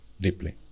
deeply